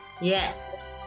yes